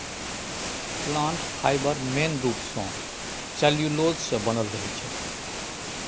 plant fibre मेन रुप सँ सेल्युलोज सँ बनल रहै छै